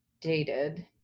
dated